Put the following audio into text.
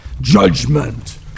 judgment